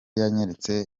yanyeretse